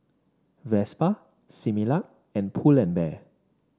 Vespa Similac and Pull and Bear